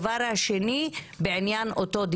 זה לא ירגיע,